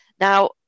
now